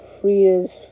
Frida's